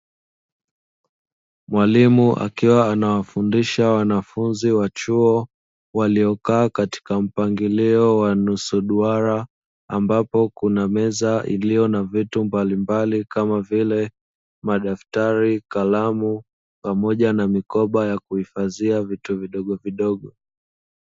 Mwalimu akiwa anawafundisha wanafunzi wa chuo waliokaa katika mpangilio wa nusu duara, ambapo kuna meza iliyo na vitu mbalimbali kama vile: madaftari, kalamu, pamoja na mikoba ya kuhifadhia vitu vidogo vidogo.